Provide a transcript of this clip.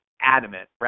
adamant